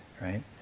right